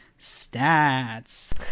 stats